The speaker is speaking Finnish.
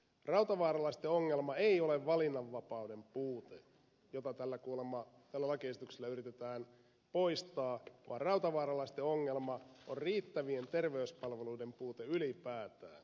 rautavaaralaisten ongelma ei ole valinnanvapauden puute jota tällä lakiesityksellä kuulemma yritetään poistaa vaan rautavaaralaisten ongelma on riittävien terveyspalveluiden puute ylipäätään